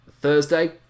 Thursday